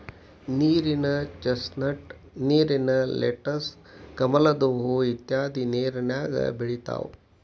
ನೇರಿನ ಚಸ್ನಟ್, ನೇರಿನ ಲೆಟಸ್, ಕಮಲದ ಹೂ ಇತ್ಯಾದಿ ನೇರಿನ್ಯಾಗ ಬೆಳಿತಾವ